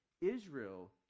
Israel